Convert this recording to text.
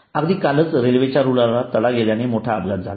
अगदी कालच रेल्वे रुळाला तडा गेल्याने मोठा अपघात झाला आहे